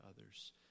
others